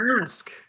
ask